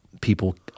people